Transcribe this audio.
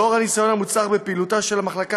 לאור הניסיון המוצלח בפעילותה של המחלקה